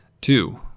Two